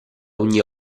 ogni